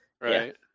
right